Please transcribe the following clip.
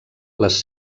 les